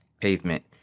pavement